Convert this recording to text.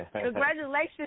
congratulations